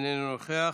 אינו נוכח,